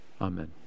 Amen